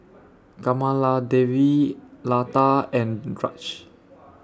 Kamaladevi Lata and Raj